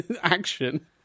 action